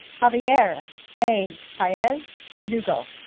javier a. paez berdugo